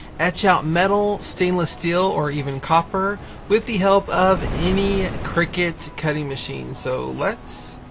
etch out metal, stainless steel, or even copper with the help of any cricut cutting machine so let's.